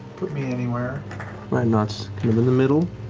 put me anywhere matt nott's in the the middle.